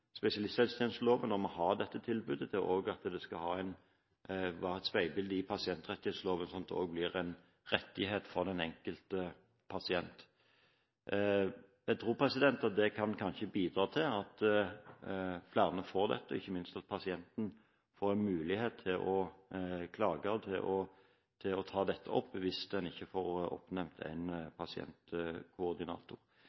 spesialisthelsetjenesteloven; å ha dette tilbudet som et speilbilde i pasientrettighetsloven, slik at det også blir en rettighet for den enkelte pasient. Jeg tror det kan bidra til at flere får dette, ikke minst at pasienten får en mulighet til å klage og til å ta dette opp hvis man ikke får oppnevnt en